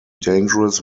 dangerous